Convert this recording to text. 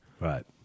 Right